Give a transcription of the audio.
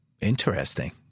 Interesting